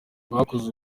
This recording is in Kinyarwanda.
bakoze